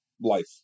life